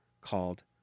called